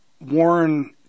Warren